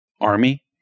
army